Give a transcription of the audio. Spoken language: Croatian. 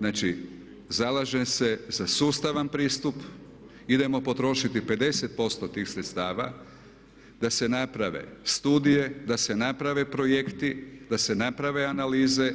Znači, zalažem se za sustavan pristup, idemo potrošiti 50% tih sredstava, da se naprave studije, da se naprave projekti, da se naprave analize